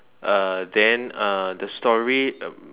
uh then uh the story um